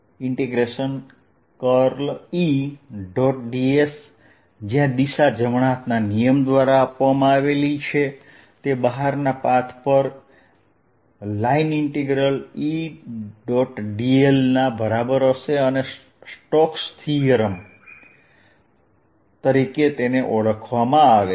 ds જ્યાં દિશા જમણા હાથના નિયમ દ્વારા આપવામાં આવે છે તે બહારના પાથ પર Edl ના બરાબર હશે અને આ સ્ટોક્સ થીયરમ તરીકે ઓળખાય છે